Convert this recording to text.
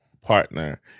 partner